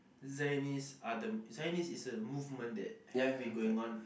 Zionist are the Zionist is a movement that have been going on